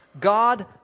God